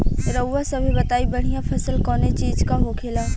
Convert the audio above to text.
रउआ सभे बताई बढ़ियां फसल कवने चीज़क होखेला?